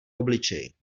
obličeji